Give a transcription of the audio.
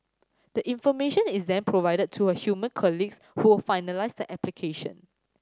the information is then provided to her human colleagues who will finalise the application